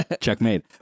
Checkmate